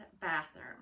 bathroom